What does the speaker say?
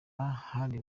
hari